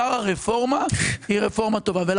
שאר הרפורמה היא רפורמה טובה.